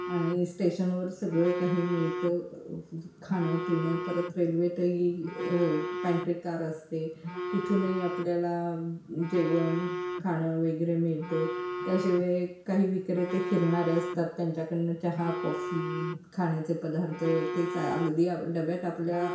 आणि स्टेशनवर सगळं काही मिळतं खाणंपिणं परत रेल्वेतही पॅन्ट्री कार असते तिथूनही आपल्याला जेवण खाणं वगैरे मिळतं त्याशेवे काही विक्रेते फिरणारे असतात त्यांच्याकडून चहा कॉफी खाण्याचे पदार्थ ते सा अगदी डब्यात आपल्या